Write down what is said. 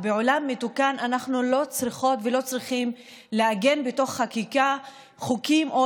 בעולם מתוקן אנחנו לא צריכות ולא צריכים לעגן בתוך חקיקה חוקים או